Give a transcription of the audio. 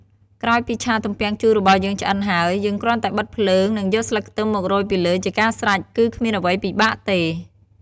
ក្រោយពីឆាទំពាំងជូររបស់យើងឆ្អិនហើយ យើងគ្រាន់តែបិទភ្លើង និងយកស្លឹកខ្ទឹមមករោយពីលើជាការស្រេច គឺគ្មានអ្វីពិបាកទេ។